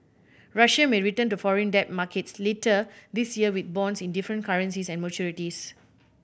Russia may return to foreign debt markets later this year with bonds in different currencies and maturities